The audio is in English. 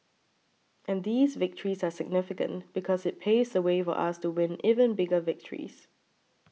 and these victories are significant because it paves the way for us to win even bigger victories